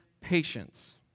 patience